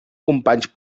companys